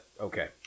Okay